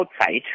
outside